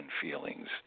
feelings